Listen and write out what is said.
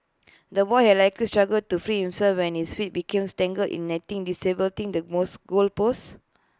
the boy had likely struggled to free himself when his feet became tangled in netting destabilising the most goal post